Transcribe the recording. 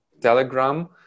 Telegram